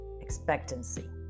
Expectancy